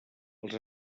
els